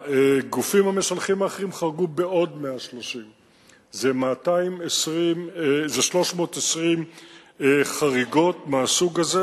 הגופים המשלחים האחרים חרגו בעוד 130. זה 320 חריגות מהסוג הזה.